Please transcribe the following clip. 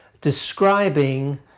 describing